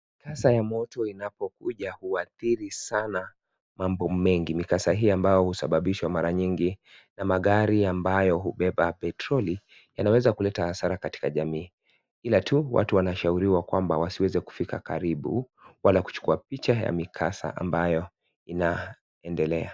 Mkasa wa moto unapokuja huathiri sana mambo mengi. Mkasa hii ambayo husababishwa mara nyingi na magari ambayo hubeba petroli yanaweza kuleta hasara katika jamii ila tu watu wanashauriwa kwamba wasiweze kufika karibu wala kuchukua picha ya mikasa ambayo inaendelea.